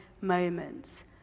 moments